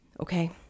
Okay